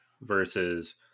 versus